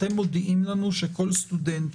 אתם מודיעים לנו שכל סטודנט